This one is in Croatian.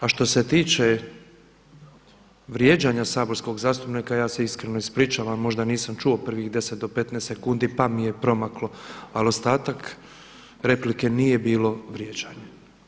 A što se tiče vrijeđanja saborskog zastupnika, ja se iskreno ispričavam možda nisam čuo prvih 10 do 15 sekundi pa mi je promaklo, ali ostatak replike nije bilo vrijeđane.